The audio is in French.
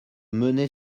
mené